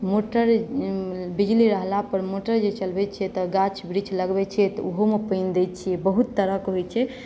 motor बिजली रहलापर motor जे चलबैत छियै तऽ गाछ वृक्ष जे लगबैत छियै तऽ ओहोमे पानि दैत छियै बहुत तरहक होइत छै